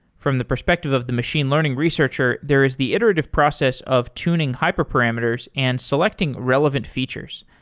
from the perspective of the machine learning researcher, there is the iterative process of tuning hyperparameters and selecting relevant features.